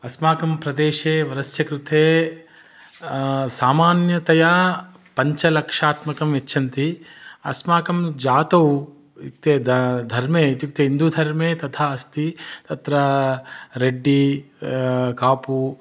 अस्माकं प्रदेशे वरस्य कृते सामान्यतया पञ्चलक्षात्मकं यच्छन्ति अस्माकं जातौ ते द धर्मे इत्युक्ते हिन्दूधर्मे तथा अस्ति तत्र रेड्डि कापु